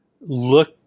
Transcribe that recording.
look